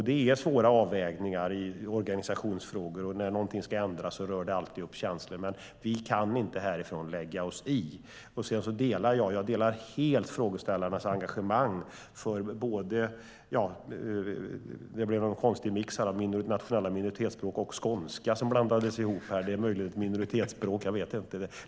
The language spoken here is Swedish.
Det är svåra avvägningar i organisationsfrågor, och när någonting ska ändras rör det alltid upp känslor, men vi kan inte lägga oss i härifrån. Jag delar dock helt frågeställarnas engagemang. Det blev någon konstig mix av nationella minoritetsspråk och skånska som blandades ihop. Det är möjligt att skånska är ett minoritetsspråk; jag vet inte.